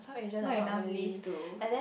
not enough leave to